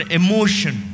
emotion